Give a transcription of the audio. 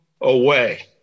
away